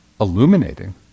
illuminating